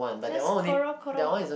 that's Goro Goro